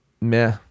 meh